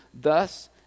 Thus